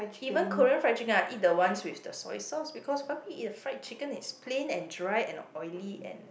even Korean fried chicken I eat the ones with the soya sauce because why would you eat a fried chicken it's plain and dry and oily and